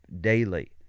daily